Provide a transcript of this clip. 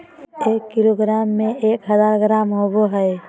एक किलोग्राम में एक हजार ग्राम होबो हइ